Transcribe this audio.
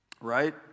right